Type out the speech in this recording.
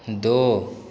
दो